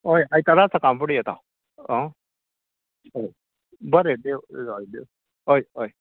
हय आयतारा सकाळ फुडें येता हय बरें देव हय देव हय हय